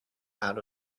out